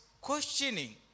questioning